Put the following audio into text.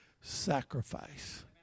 sacrifice